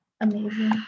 Amazing